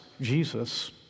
Jesus